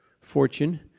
fortune